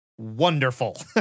wonderful